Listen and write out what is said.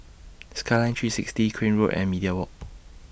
Skyline three sixty Crane Road and Media Walk